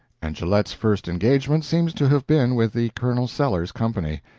and gillette's first engagement seems to have been with the colonel sellers company.